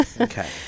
Okay